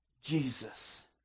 Jesus